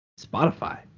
Spotify